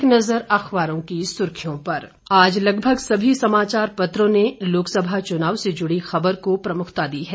एक नज़र अखबारों की सुर्खियों पर आज लगभग सभी समाचार पत्रों ने लोकसभा चुनाव से जुड़ी खबर को प्रमुखता दी है